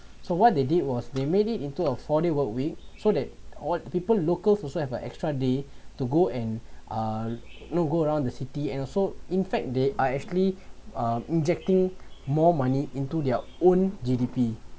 so what they did was they made it into a four day work week so that all people locals also have an extra day to go and uh no go around the city and also in fact they are actually uh injecting more money into their own G_D_P